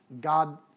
God